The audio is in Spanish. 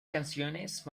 canciones